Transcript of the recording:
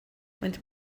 maent